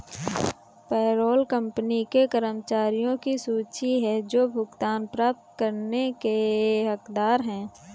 payroll company के कर्मचारियों की सूची है जो भुगतान प्राप्त करने के हकदार हैं